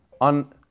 on